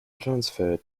transferred